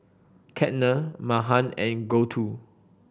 Ketna Mahan and Gouthu